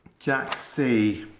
jack c